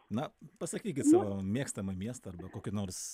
na pasakykit savo mėgstamą miestą arba kokį nors